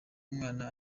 umwana